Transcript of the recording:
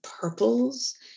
purples